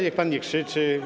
Niech pan nie krzyczy.